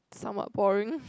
somewhat boring